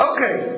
Okay